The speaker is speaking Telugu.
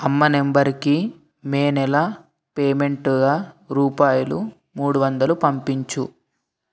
అమ్మ నంబరుకి మే నెల పేమెంటుగా రూపాయలు మూడు వందలు పంపించు